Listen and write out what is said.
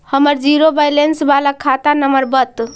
हमर zero balance बाला खाता नम्बर बत?